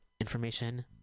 information